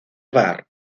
bar